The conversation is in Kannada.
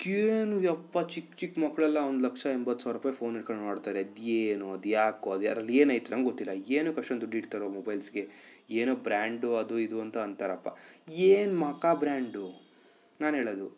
ಏನು ಅಪ್ಪ ಚಿಕ್ಕ ಚಿಕ್ಕ ಮಕ್ಳೆಲ್ಲ ಒಂದು ಲಕ್ಷ ಎಂಬತ್ತು ಸಾವ್ರ ರೂಪಾಯಿ ಫೋನ್ ಹಿಡ್ಕೊಂಡು ಓಡಾಡ್ತಾರೆ ಅದು ಏನು ಅದು ಯಾಕೊ ಅದ್ರಲ್ಲಿ ಏನೈತೊ ನಂಗೊತ್ತಿಲ್ಲ ಏನಕ್ಕೆ ಅಷ್ಟೊಂಡು ದುಡ್ಡು ಇಡ್ತಾರೋ ಮೊಬೈಲ್ಸ್ಗೆ ಏನೋ ಬ್ರ್ಯಾಂಡು ಅದು ಇದು ಅಂತ ಅಂತಾರಪ್ಪ ಏನು ಮುಖ ಬ್ರ್ಯಾಂಡು ನಾನು ಹೇಳೋದು